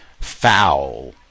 foul